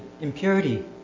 impurity